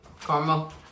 Karma